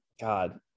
God